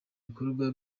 bikorwa